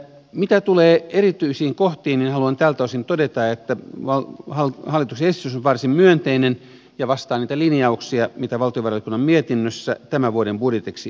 mitä tulee erityisiin kohtiin niin haluan tältä osin todeta että hallituksen esitys on varsin myönteinen ja vastaa niitä linjauksia mitä valtiovarainvaliokunnan mietinnössä tämän vuoden budjetiksi esitettiin